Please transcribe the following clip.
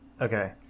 Okay